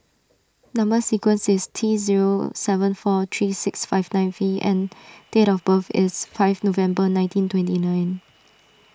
Number Sequence is T zero seven four three six five nine V and date of birth is five November nineteen twenty nine